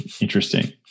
interesting